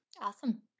awesome